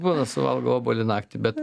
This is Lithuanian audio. būna suvalgau obuolį naktį bet